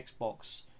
Xbox